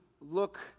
look